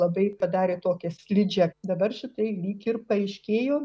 labai padarė tokią slidžią dabar šitai lyg ir paaiškėjo